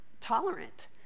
tolerant